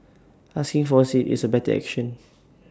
asking for A seat is A better action